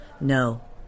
No